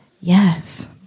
Yes